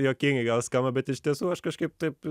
juokingai gal skamba bet iš tiesų aš kažkaip taip